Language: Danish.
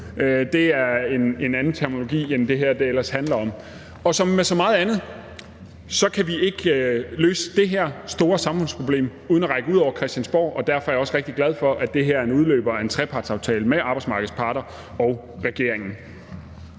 om noget andet end det, det her handler om. Og som med så meget andet kan vi ikke løse det her store samfundsproblem uden at række ud over Christiansborg, og derfor er jeg også rigtig glad for, at det her er en udløber af en trepartsaftale med arbejdsmarkedets parter og regeringen.